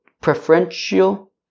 preferential